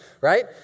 Right